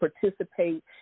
participate